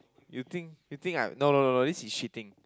you think you think I no no no this is cheating